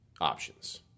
options